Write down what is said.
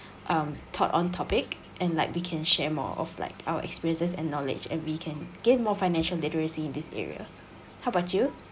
um taught on topic and like we can share more of like our experiences and knowledge and we can get more financial literacy in this area how about you